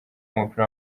w’umupira